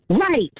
Right